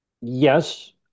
yes